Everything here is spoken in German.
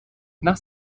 nach